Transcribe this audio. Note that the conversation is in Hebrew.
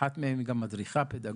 באחד מהם היא גם מדריכה פדגוגית.